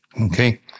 okay